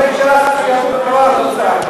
כל חברי ש"ס ויהדות התורה,